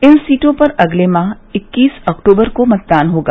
इन सीटों पर अगले माह इक्कीस अक्टूबर को मतदान होगा